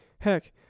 Heck